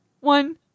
one